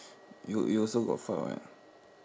you you also got fart what